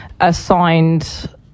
assigned